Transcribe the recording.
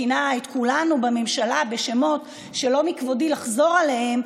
שכינה את כולנו בממשלה בשמות שלא מכבודי לחזור עליהם,